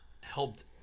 helped